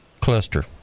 cluster